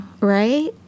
right